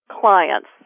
clients